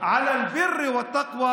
תודה.